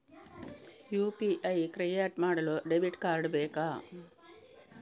UPI create ಮಾಡಲು debit card ಬೇಕಾ?